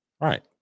Right